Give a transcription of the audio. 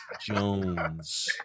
Jones